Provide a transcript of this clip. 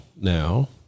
now